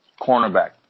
cornerback